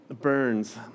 burns